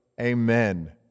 Amen